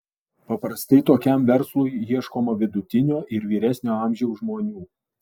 paprastai tokiam verslui ieškoma vidutinio ir vyresnio amžiaus žmonių